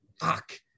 fuck